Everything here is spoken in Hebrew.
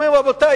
אומרים: רבותי,